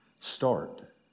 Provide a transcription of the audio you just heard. start